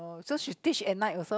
oh so she teach at night also